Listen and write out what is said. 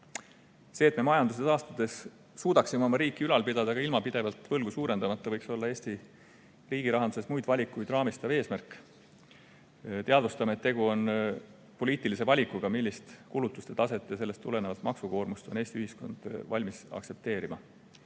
See, et me majanduse taastudes suudaksime oma riiki ülal pidada ka ilma pidevalt võlgu suurendamata, võiks olla Eesti riigirahanduses muid valikuid raamistav eesmärk. Teadvustame, et tegu on poliitilise valikuga, millist kulutuste taset ja sellest tulenevat maksukoormust on Eesti ühiskond valmis aktsepteerima.